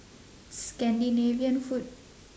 scandinavian food